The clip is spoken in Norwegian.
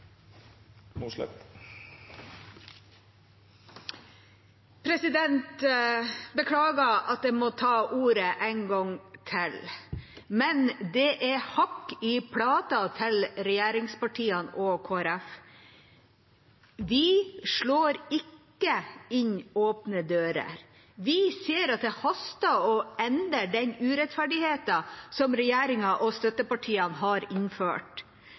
Jeg beklager at jeg må ta ordet en gang til, men det er hakk i plata til regjeringspartiene og Kristelig Folkeparti. Vi slår ikke inn åpne dører. Vi ser at det haster å endre den urettferdigheten som regjeringa og støttepartiene har innført.